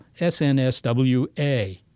SNSWA